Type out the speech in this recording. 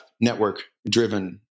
network-driven